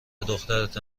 دخترته